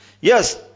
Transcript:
Yes